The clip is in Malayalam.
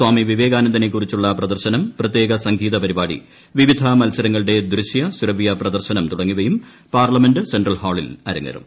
സ്വാമി വിവേകാനന്ദനെക്കുറിച്ചുള്ള പ്രദർശനം പ്രത്യേക സംഗീത പരിപാടി വിവിധ മത്സരങ്ങളുടെ ദൃശ്യ ശ്രവ്യ പ്രദർശനം തുടങ്ങിയവയും പാർലമെന്റ് സെൻട്രൽ ഹാളിൽ അരങ്ങേറും